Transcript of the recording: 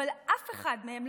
אבל אף אחד מהם,